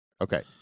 Okay